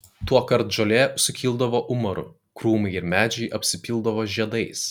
tuokart žolė sukildavo umaru krūmai ir medžiai apsipildavo žiedais